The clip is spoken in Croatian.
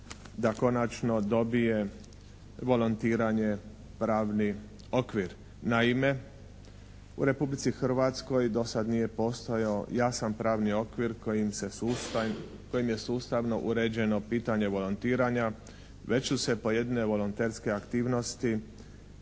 da konačno dobije volontiranje pravni okvir. Naime, u Republici Hrvatskoj do sad nije postojao jasan pravni okvir kojim je sustavnu uređeno pitanje volontiranja, već su se pojedine volonterske aktivnosti